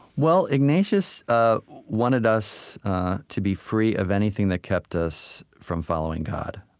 well, ignatius ah wanted us to be free of anything that kept us from following god.